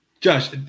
Josh